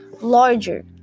larger